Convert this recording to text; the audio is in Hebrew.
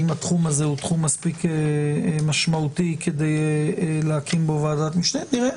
האם התחום הזה הוא תחום מספיק משמעותי כדי להקים ועדת משנה נראה,